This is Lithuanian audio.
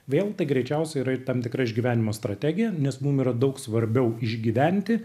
vėl greičiausiai yra ir tam tikra išgyvenimo strategija nes mum yra daug svarbiau išgyventi